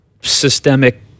systemic